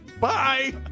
Bye